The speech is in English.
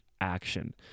action